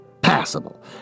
Passable